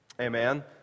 Amen